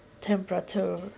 temperature